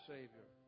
Savior